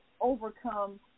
overcome